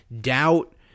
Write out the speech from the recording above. doubt